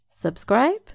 subscribe